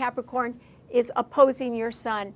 capricorn is opposing your son